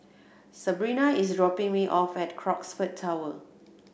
Sebrina is dropping me off at Crockford Tower